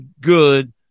good